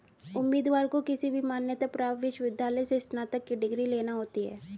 उम्मीदवार को किसी भी मान्यता प्राप्त विश्वविद्यालय से स्नातक की डिग्री लेना होती है